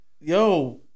yo